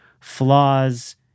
flaws